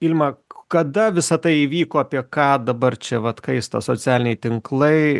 ilma kada visa tai įvyko apie ką dabar čia vat kaista socialiniai tinklai